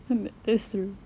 hmm that's true